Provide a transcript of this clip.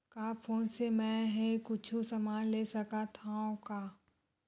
का फोन से मै हे कुछु समान ले सकत हाव का?